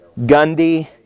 Gundy